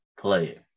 player